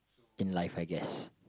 in life I guess